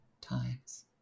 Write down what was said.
times